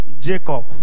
Jacob